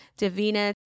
Davina